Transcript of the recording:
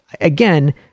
again